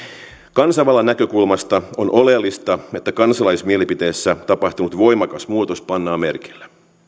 kansanvallan näkökulmasta on oleellista että kansalaismielipiteessä tapahtunut voimakas muutos pannaan merkille